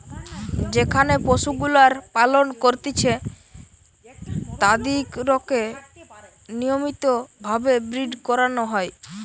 যেখানে পশুগুলার পালন করতিছে তাদিরকে নিয়মিত ভাবে ব্রীড করানো হয়